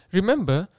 Remember